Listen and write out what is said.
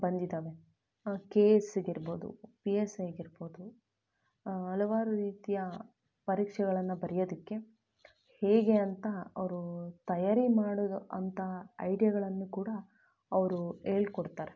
ಬಂದಿದ್ದಾವೆ ಕೆ ಎಸ್ಗಿರ್ಬೋದು P S ಐಗಿರ್ಬೋದು ಹಲವಾರು ರೀತಿಯ ಪರೀಕ್ಷೆಗಳನ್ನು ಬರ್ಯೋದಕ್ಕೆ ಹೇಗೆ ಅಂತ ಅವರು ತಯಾರಿ ಮಾಡೋದು ಅಂತ ಐಡ್ಯಗಳನ್ನು ಕೂಡ ಅವರು ಹೇಳ್ ಕೊಡ್ತಾರೆ